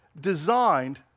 designed